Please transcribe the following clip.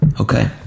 Okay